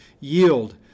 yield